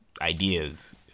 ideas